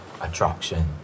attraction